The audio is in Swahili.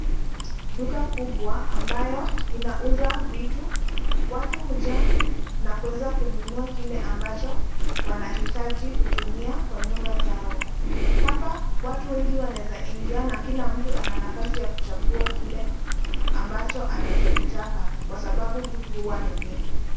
Duka kubwa ambayo inauza vitu. Watu huja na kuweza kununua kile ambacho wanahitaji kutumia kwa nyumba zao. Hapa, watu wengi wanaweza ingia na kila mtu ana nafasi ya kuchagua kile ambacho anachokitaka, kwa sababu vitu huwa ni nyingi.